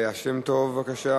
חברת הכנסת ליה שמטוב, בבקשה.